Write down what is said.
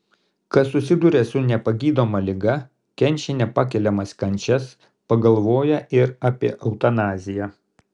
kas susiduria su nepagydoma liga kenčia nepakeliamas kančias pagalvoja ir apie eutanaziją